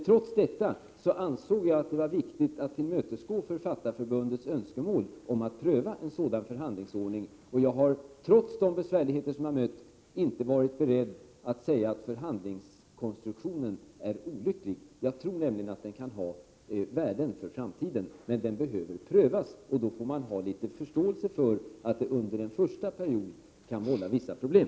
Trots detta ansåg jag att det var viktigt att tillmötesgå Författarförbundets önskemål om att pröva en sådan förhandlingsordning. Jag har, trots de besvärligheter jag har mött, inte varit beredd att säga att förhandlingskonstruktionen är olycklig. Jag tror nämligen att den kan ha värden för framtiden, men den behöver prövas, och då får man ha litet förståelse för att den under en första period kan vålla vissa problem.